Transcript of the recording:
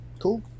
cool